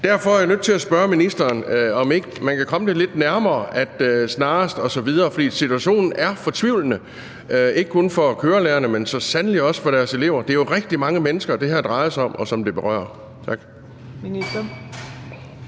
Derfor er jeg nødt til at spørge ministeren, om man ikke kan komme det lidt nærmere, end at det er »snarest« osv. For situationen er fortvivlende, ikke kun for kørelærerne, men så sandelig også for deres elever. Det er jo rigtig mange mennesker, det her drejer sig om, og som det berører. Tak.